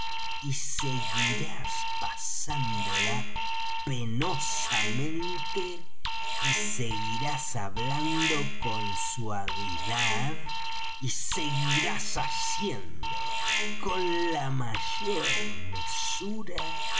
y seguirás pasándola penosamente y seguirás hablando con suavidad y seguirás bebiendo con la mayor mesura